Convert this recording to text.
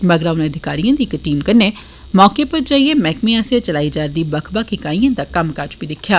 मगरा उनें अधिकारिएं दी इक टीम कन्नै मौके पर जाइयै मैहकमे आसेआ चलाई जाषदी बक्ख बक्ख इकाइए दा कम्मकाज दिक्खेआ